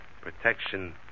Protection